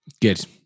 Good